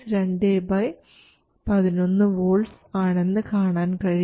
vi 2 11 volts ആണെന്ന് കാണാൻ കഴിയും